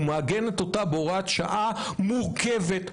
ומעגנת אותה בהוראת שעה מורכבת,